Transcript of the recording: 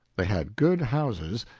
they had good houses,